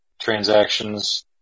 transactions